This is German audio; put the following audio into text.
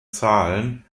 zahlen